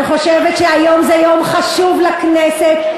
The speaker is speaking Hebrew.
אני חושבת שהיום זה יום חשוב לכנסת,